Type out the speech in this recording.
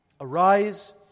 Arise